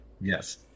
Yes